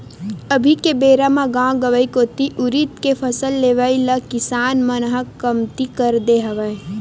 अभी के बेरा म गाँव गंवई कोती उरिद के फसल लेवई ल किसान मन ह कमती कर दे हवय